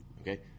Okay